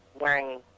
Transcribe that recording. wearing